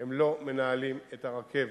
הם לא מנהלים את הרכבת,